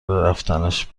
رفتنش